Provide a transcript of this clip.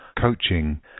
coaching